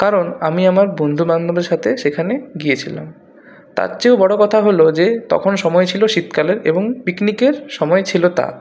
কারণ আমি আমার বন্ধুবান্ধবের সাথে সেখানে গিয়েছিলাম তারচেয়েও বড় কথা হল যে তখন সময় ছিল শীতকালের এবং পিকনিকের সময় ছিল তা